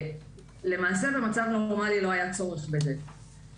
למעשה במצב נורמלי לא היה צורך בזה.